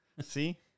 See